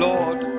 Lord